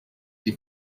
die